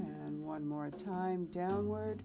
and one more time downward